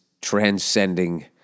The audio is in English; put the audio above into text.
transcending